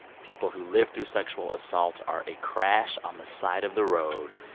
people who lived through sexual assault are a crash on the side of the road.